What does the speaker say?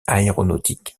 aéronautique